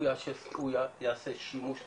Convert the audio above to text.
הוא יעשה שימוש מושכל.